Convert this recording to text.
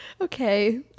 Okay